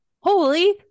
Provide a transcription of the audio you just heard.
Holy